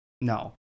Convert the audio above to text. No